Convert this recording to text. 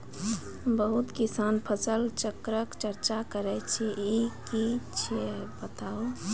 बहुत किसान फसल चक्रक चर्चा करै छै ई की छियै बताऊ?